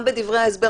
גם בדברי ההסבר,